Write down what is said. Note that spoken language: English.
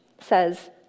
says